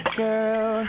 girl